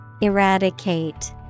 eradicate